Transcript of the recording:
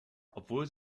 obwohl